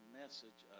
message